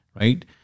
Right